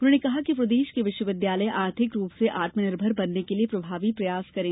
उन्होंने कहा कि प्रदेश के विश्वविद्यालय आर्थिक रूप से आत्मनिर्भर बनने के लिये प्रभावी प्रयास करें